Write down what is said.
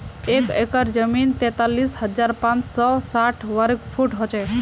एक एकड़ जमीन तैंतालीस हजार पांच सौ साठ वर्ग फुट हो छे